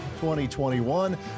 2021